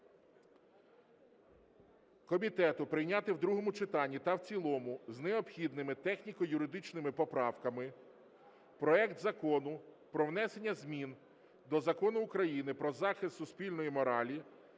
комітету прийняти в другому читанні та в цілому з необхідними техніко-юридичними правками проект Закону про внесення змін до Закону України "Про захист суспільної моралі"